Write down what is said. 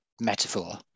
metaphor